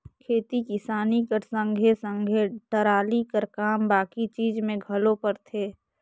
खेती किसानी कर संघे सघे टराली कर काम बाकी चीज मे घलो परथे